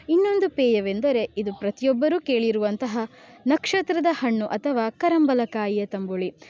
ಇನ್ನೊಂದು ಪೇಯವೆಂದರೆ ಇದು ಪ್ರತಿಯೊಬ್ಬರೂ ಕೇಳಿರುವಂತಹ ನಕ್ಷತ್ರದ ಹಣ್ಣು ಅಥವಾ ಕರಂಬಲಕಾಯಿಯ ತಂಬುಳಿ